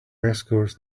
escorts